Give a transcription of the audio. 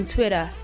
Twitter